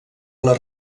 les